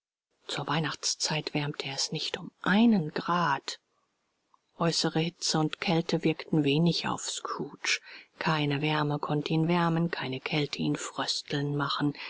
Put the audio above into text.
zur weihnachtszeit wärmte er es nicht um einen grad aeußere hitze und kälte wirkten wenig auf scrooge keine wärme konnte ihn wärmen keine kälte ihn frösteln machen